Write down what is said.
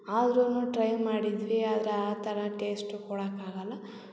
ಆದರೂನು ಟ್ರೈ ಮಾಡಿದ್ವಿ ಆದರೆ ಆ ಥರ ಟೇಸ್ಟು ಕೊಡೊಕ್ಕಾಗಲ್ಲ